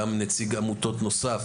גם נציג עמותות נוסף,